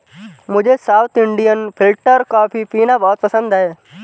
मुझे south Indian filter coffee पीना बहुत पसंद है